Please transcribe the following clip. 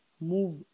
move